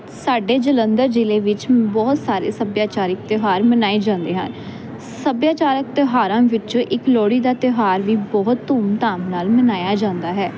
ਸਾਡੇ ਜਲੰਧਰ ਜ਼ਿਲ੍ਹੇ ਵਿੱਚ ਬਹੁਤ ਸਾਰੇ ਸੱਭਿਆਚਾਰਿਕ ਤਿਉਹਾਰ ਮਨਾਏ ਜਾਂਦੇ ਹਨ ਸੱਭਿਆਚਾਰਕ ਤਿਉਹਾਰਾਂ ਵਿੱਚੋਂ ਇੱਕ ਲੋੜੀ ਦਾ ਤਿਉਹਾਰ ਵੀ ਬਹੁਤ ਧੂਮ ਧਾਮ ਨਾਲ ਮਨਾਇਆ ਜਾਂਦਾ ਹੈ